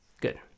good